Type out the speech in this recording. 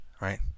Right